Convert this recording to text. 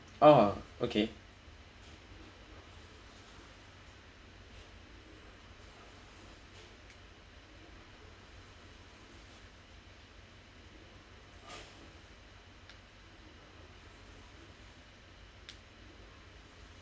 oh okay